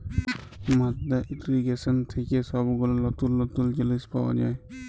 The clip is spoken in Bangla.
মাদ্দা ইর্রিগেশন থেক্যে সব গুলা লতুল লতুল জিলিস পাওয়া যায়